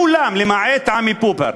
כולם למעט עמי פופר